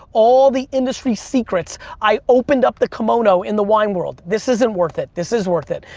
all the industry secrets, i opened up the kimono in the wine world. this isn't worth it, this is worth it,